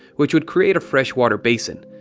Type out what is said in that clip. which would create a fresh water basin.